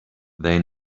they